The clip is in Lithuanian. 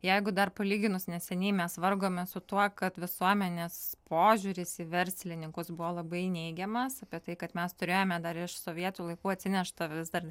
jeigu dar palyginus neseniai mes vargome su tuo kad visuomenės požiūris į verslininkus buvo labai neigiamas apie tai kad mes turėjome dar iš sovietų laikų atsineštą vis dar